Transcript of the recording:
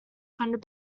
funded